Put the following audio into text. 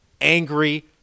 angry